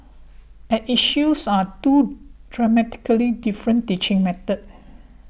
at issues are two dramatically different teaching methods